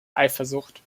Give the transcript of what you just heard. eifersucht